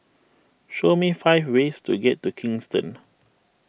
show me five ways to get to Kingston